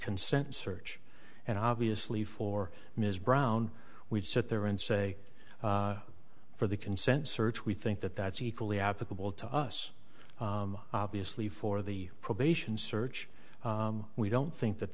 consent search and obviously for ms brown we'd sit there and say for the consent search we think that that's equally applicable to us obviously for the probation search we don't think that